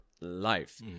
life